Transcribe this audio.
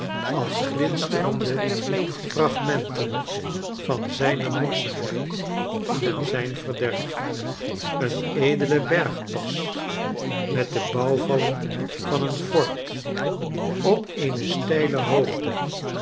onsneerzien alsglinsterende fragmenten van zijne morsigheid en zijn verderf een edele bergpas met de bouwvallen van een fort op eene steile hoogte